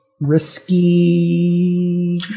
risky